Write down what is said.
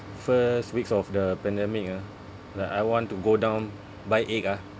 first weeks of the pandemic ah like I want to go down buy egg ah